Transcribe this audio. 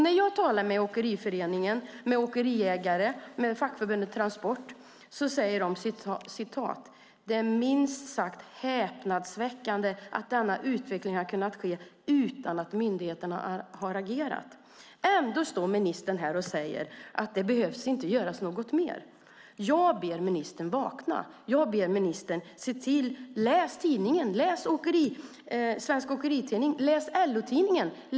När jag har talat med representanter för Åkeriföreningen, åkeriägare och fackförbundet Transport säger de att det är minst sagt häpnadsväckande att denna utveckling har skett utan att myndigheterna har agerat. Ändå står ministern här och säger att det inte behöver göras något mer. Jag ber ministern att vakna. Jag ber ministern att läsa tidningen. Läs Svensk Åkeritidning och läs LO-Tidningen.